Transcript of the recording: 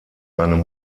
seine